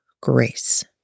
grace